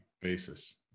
basis